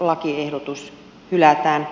lakiehdotus hylätään